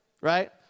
Right